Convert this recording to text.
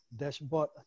dashboard